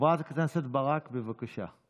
חברת הכנסת ברק, בבקשה.